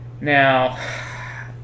Now